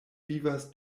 vivas